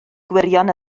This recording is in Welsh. gwirion